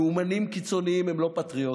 לאומנים קיצוניים הם לא פטריוטים.